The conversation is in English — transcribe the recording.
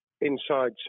inside